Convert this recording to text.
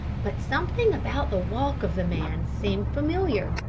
but something about the walk of the man seemed familiar.